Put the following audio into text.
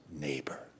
neighbor